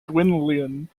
gwenllian